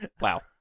Wow